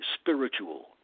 spiritual